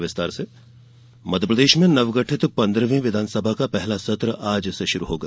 विधानसभा सत्र मध्यप्रदेश में नवगठित पंद्रहवीं विधानसभा का पहला सत्र आज से शुरु होगा